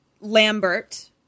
Lambert